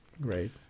Great